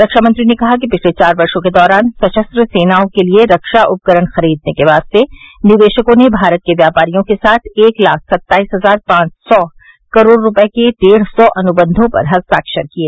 रक्षा मंत्री ने कहा कि पिछले चार वर्षों के दौरान सशस्त्र सेनाओं के लिए रक्षा उपकरण खरीदने के वास्ते निवेशकों ने भारत के व्यापारियों के साथ एक लाख सत्ताईस हजार पांच सौ करोड़ रूपये के डेढ़ सौ अनुबंधों पर हस्ताक्षर किए